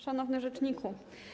Szanowny Rzeczniku!